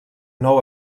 nou